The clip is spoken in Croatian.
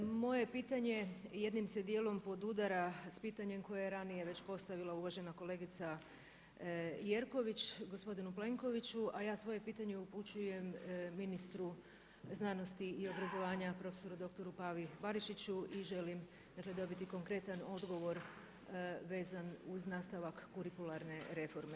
Moje pitanje jednim se dijelom podudara sa pitanjem koje je ranije već postavila uvažena kolegica Jerković gospodinu Plenkoviću a ja svoje pitanje upućujem ministru znanosti i obrazovanja prof.dr. Pavi Barišiću i želim dakle dobiti konkretan odgovor vezan uz nastavak kurikularne reforme.